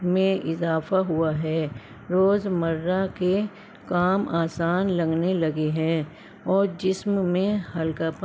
میں اضافہ ہوا ہے روز مرہ کے کام آسان لگنے لگے ہیں اور جسم میں ہلکاپن